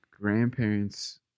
grandparents